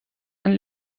een